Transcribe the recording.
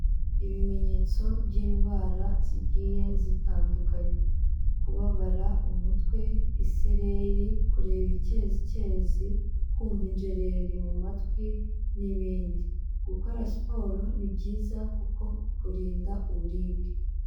Ibimenyetso by'indwara zigiye zitandukanye, kubabara umutwe, isereri, kureba ibikezikezi, kumva injereri mu matwi n'ibindi. Gukora siporo ni byiza kuko bikurinda uburibwe.